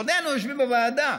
בעודנו יושבים בוועדה,